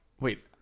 wait